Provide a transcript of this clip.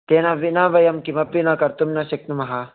तेन विना वयं किमपि न कर्तुं न शक्नुमः